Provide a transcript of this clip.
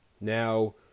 Now